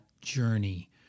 journey